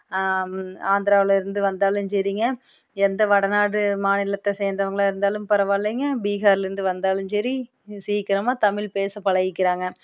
ஆந்திராவிலேருந்து வந்தாலும் சரிங்க எந்த வடநாடு மாநிலத்தை சேர்ந்தவங்களாக இருந்தாலும் பரவாயில்லைங்க பீகார்லேருந்து வந்தாலும் சரி சீக்கிரமாக தமிழ் பேச பழகிக்கிறாங்க